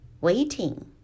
waiting